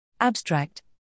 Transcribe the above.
Abstract